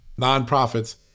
nonprofits